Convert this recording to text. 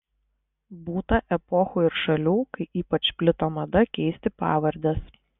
būta epochų ir šalių kai ypač plito mada keisti pavardes